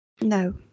No